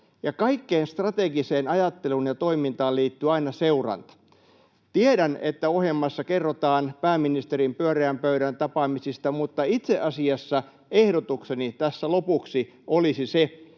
kaikkeen strategiseen ajatteluun ja toimintaan liittyy aina seuranta. Tiedän, että ohjelmassa kerrotaan pääministerin pyöreän pöydän tapaamisista, mutta itse asiassa ehdotukseni tässä lopuksi olisi se,